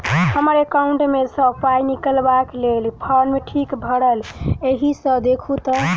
हम्मर एकाउंट मे सऽ पाई निकालबाक लेल फार्म ठीक भरल येई सँ देखू तऽ?